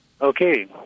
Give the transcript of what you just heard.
Okay